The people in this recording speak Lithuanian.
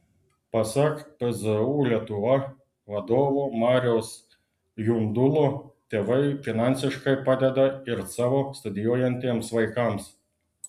pasak pzu lietuva vadovo mariaus jundulo tėvai finansiškai padeda ir savo studijuojantiems vaikams